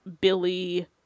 Billy